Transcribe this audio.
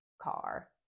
car